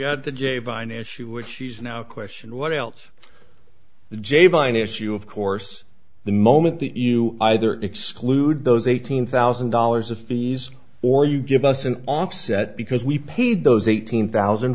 get the j vine issue with she's now question what else the j vine issue of course the moment that you either exclude those eighteen thousand dollars of fees or you give us an offset because we paid those eighteen thousand